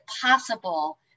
possible